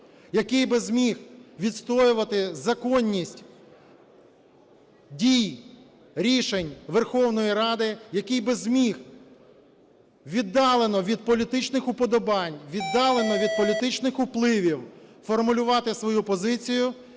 який би зміг відстоювати законність дій, рішень Верховної Ради, який би зміг віддалено від політичних уподобань, віддалено від політичних впливів формулювати свою позицію